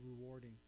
rewarding